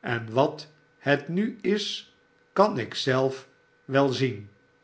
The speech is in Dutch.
en wat het nu is kan ik zelf wel zien